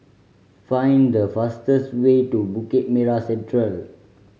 find the fastest way to Bukit Merah Central